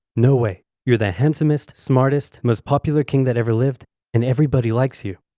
no way you're the handsomest, smartest, most popular king that ever lived and everybody likes you.